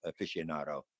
aficionado